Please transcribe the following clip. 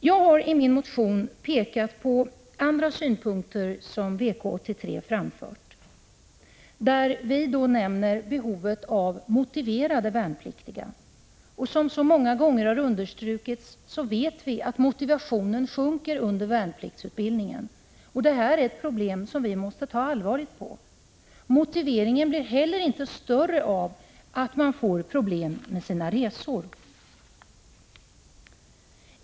Jag har i min motion pekat på andra synpunkter som framförts i VK-83. Vi i värnpliktskommittén nämner behovet av att ha motiverade värnpliktiga. Vi vet, och det har många gånger understrukits, att motivationen sjunker under värnpliktsutbildningen. Detta problem måste vi ta allvarligt på. Motivationen blir inte heller bättre av att man får problem med sina resor.